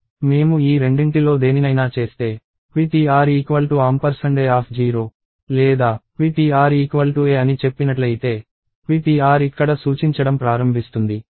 మేము ఈ రెండింటిలో దేనినైనా చేస్తే ptr a0 లేదా ptr a అని చెప్పినట్లయితే ptr ఇక్కడ సూచించడం ప్రారంభిస్తుంది